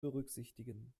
berücksichtigen